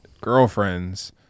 girlfriends